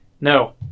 no